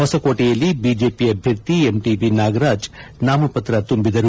ಹೊಸಕೋಟೆಯಲ್ಲಿ BJP ಅಭ್ಯರ್ಥಿ MTB Nagaraj ನಾಮಪತ್ರ ಸಲ್ಲಿಸಿದರು